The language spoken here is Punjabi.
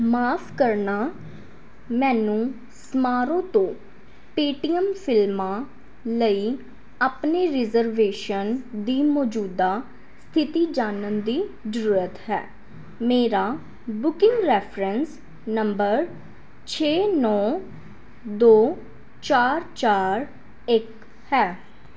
ਮਾਫ ਕਰਨਾ ਮੈਨੂੰ ਸਮਾਰੋਹ ਤੋਂ ਪੇਟੀਐਮ ਫਿਲਮਾਂ ਲਈ ਆਪਣੇ ਰਿਜ਼ਰਵੇਸ਼ਨ ਦੀ ਮੌਜੂਦਾ ਸਥਿਤੀ ਜਾਣਨ ਦੀ ਜ਼ਰੂਰਤ ਹੈ ਮੇਰਾ ਬੁਕਿੰਗ ਰੈਫਰੈਂਸ ਨੰਬਰ ਛੇ ਨੌਂ ਦੋ ਚਾਰ ਚਾਰ ਇੱਕ ਹੈ